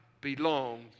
belong